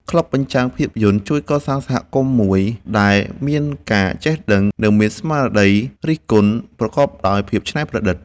ក្លឹបបញ្ចាំងភាពយន្តជួយកសាងសហគមន៍មួយដែលមានការចេះដឹង និងមានស្មារតីរិះគន់ប្រកបដោយភាពច្នៃប្រឌិត។